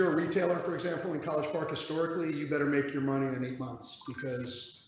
ah retailer, for example, in college park historically you better make your money and eight months because.